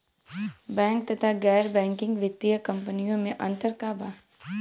Bank तथा गैर banking वित्तीय कम्पनीयो मे अन्तर का बा?